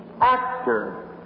actor